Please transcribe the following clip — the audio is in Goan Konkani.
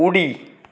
उडी